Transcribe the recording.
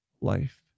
life